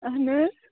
اَہَن حظ